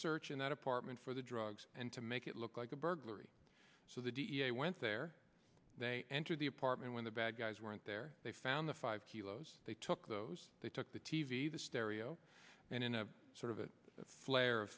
search in that apartment for the drugs and to make it look like a burglary so the da went there they entered the apartment when the bad guys weren't there they found the five kilos they took those they took the t v the stereo and in a sort of a flare